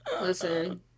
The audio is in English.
Listen